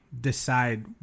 decide